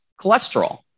cholesterol